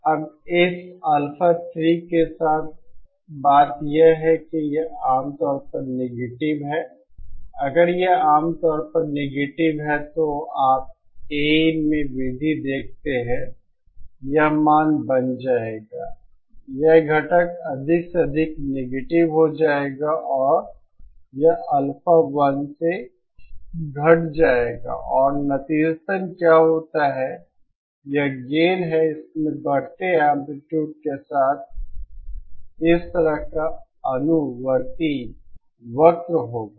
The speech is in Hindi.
अब इस अल्फा 3 के साथ बात यह है कि यह आमतौर पर नेगेटिव है अगर यह आमतौर पर नेगेटिव है तो आप Ain में वृद्धि देखते हैं यह मान बन जाएगा यह घटक अधिक से अधिक नेगेटिव हो जाएगा और यह अल्फा1 से घट जाएगा और नतीजतन क्या होता है यह गेन है इसमें बढ़ते एंप्लीट्यूड के साथ इस तरह का अनुवर्ती वक्र होगा